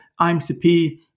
IMCP